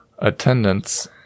Attendance